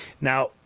Now